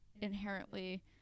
inherently